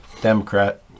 Democrat